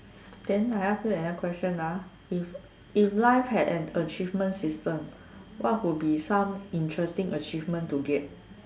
then I ask you another question ah if if life had an achievement system what would be some of the interesting achievement to get